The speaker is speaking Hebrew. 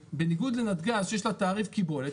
בניגוד לנתגז שיש לה תעריף קיבולת,